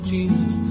Jesus